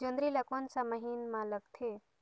जोंदरी ला कोन सा महीन मां लगथे?